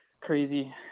crazy